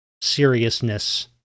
seriousness